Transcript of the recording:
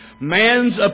man's